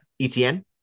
ETN